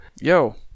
yo